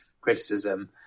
criticism